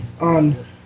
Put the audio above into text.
on